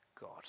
God